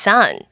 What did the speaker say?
Sun